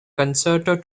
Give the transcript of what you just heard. concerto